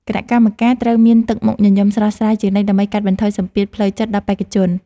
គណៈកម្មការត្រូវមានទឹកមុខញញឹមស្រស់ស្រាយជានិច្ចដើម្បីកាត់បន្ថយសម្ពាធផ្លូវចិត្តដល់បេក្ខជន។